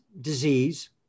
disease